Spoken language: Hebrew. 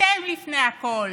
אתם לפני הכול,